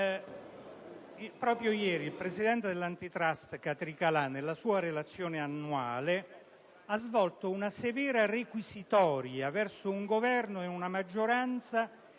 proprio ieri il Presidente dell'*Antitrust,* Catricalà, nella sua relazione annuale, ha svolto una severa requisitoria verso un Governo ed una maggioranza